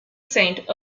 saint